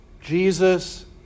Jesus